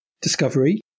discovery